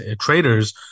traders